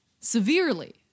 severely